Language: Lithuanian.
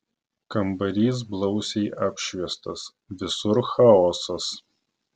kambarys blausiai apšviestas visur chaosas